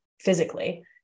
physically